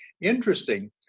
interesting